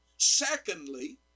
Secondly